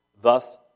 Thus